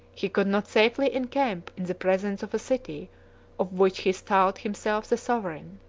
he could not safely encamp in the presence of a city of which he styled himself the sovereign.